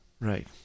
right